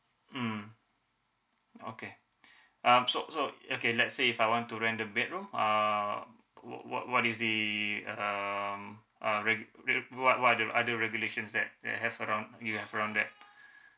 mm okay um so so okay let's say if I want to rent the bedroom err wh~ what what is the um uh reg~ reg~ what what are the are the regulations that that have around you have around that